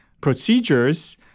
procedures